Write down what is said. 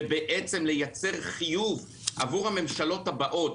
ובעצם לייצר חיוב עבור הממשלות הבאות,